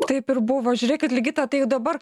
taip ir buvo žiūrėkit ligita tai dabar